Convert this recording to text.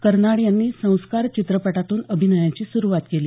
कर्नाड यांनी संस्कार चित्रपटातून अभिनयाची सुरुवात केली